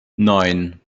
neun